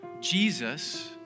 Jesus